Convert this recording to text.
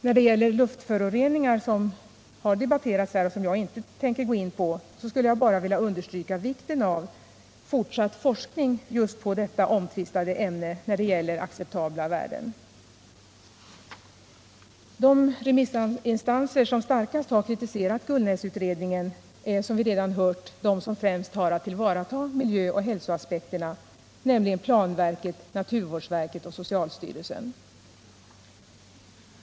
När det gäller luftföroreningarna, som har debatterats men som jag 175 inte tänker gå in på, vill jag bara understryka vikten av fortsatt forskning om acceptabla värden just på detta omtvistade område. De remissinstanser som främst kritiserat Gullnäsutredningen är, som vi redan hört, de som främst har att tillvarata miljöoch hälsoaspekterna, nämligen planverket, naturvårdsverket och socialstyrelsen.